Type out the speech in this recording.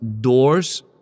doors